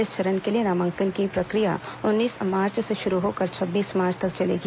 इस चरण के लिए नामांकन की प्रक्रिया उन्नीस मार्च से शुरू होकर छब्बीस मार्च तक चलेगी